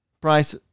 Price